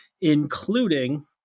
including